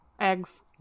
Eggs